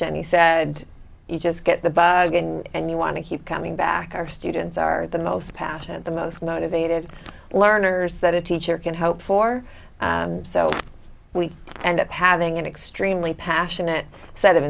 jenny said you just get the bug and you want to keep coming back our students are the most passionate the most motivated learners that a teacher can hope for so we end up having an extremely passionate set of